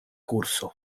kurso